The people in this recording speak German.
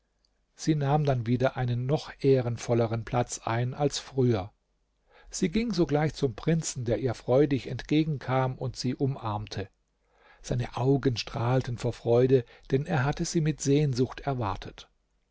sie nahm dann wieder einen noch ehrenvolleren platz ein als früher sie ging sogleich zum prinzen der ihr freudig entgegenkam und sie umarmte seine augen strahlten vor freude denn er hatte sie mit sehnsucht erwartet